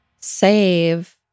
save